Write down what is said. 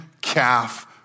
calf